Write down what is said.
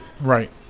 Right